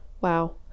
Wow